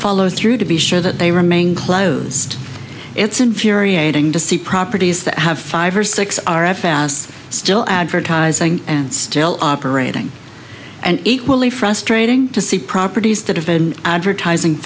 follow through to be sure that they remain closed it's infuriating to see properties that have five or six r f s still advertising and still operating and equally frustrating to see properties that have been advertising